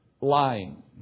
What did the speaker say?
lying